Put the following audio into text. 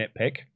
nitpick